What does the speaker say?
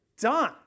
done